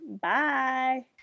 Bye